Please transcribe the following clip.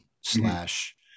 slash